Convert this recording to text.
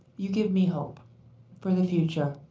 you give me hope for the future.